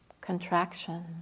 contraction